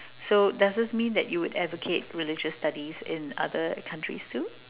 so does this mean that you would advocate religious studies in other countries too